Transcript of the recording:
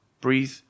Breathe